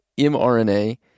mRNA